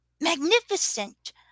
magnificent